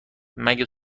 مگه